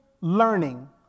learning